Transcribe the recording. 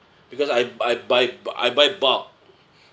because I I buy I buy bulk